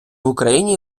україні